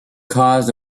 caused